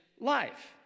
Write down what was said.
life